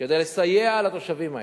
כדי לסייע לתושבים האלה.